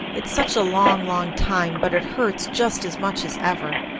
it's such a long, long time but it hurts just as much as ever.